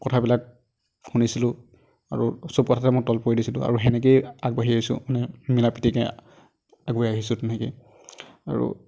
কথাবিলাক শুনিছিলোঁ আৰু সব কথাতে মই তল পৰি দিছিলোঁ আৰু সেনেকৈয়ে আগবাঢ়ি আহিছোঁ মানে মিলা প্ৰীতিকে আগুৱাই আহিছোঁ তেনেকৈয়ে আৰু